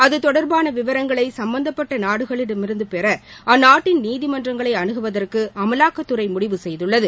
அது தொடர்பான விவரங்களை சம்பந்தப்பட்ட நாடுகளிடமிருந்து பெற அந்நாட்டின் நீதிமன்றங்களை அனுகுவதற்கு அமலாக்கத்துறை முடிவு செய்துள்ளது